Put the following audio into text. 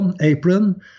apron